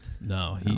No